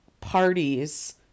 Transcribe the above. parties